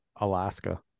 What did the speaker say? Alaska